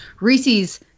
Reese's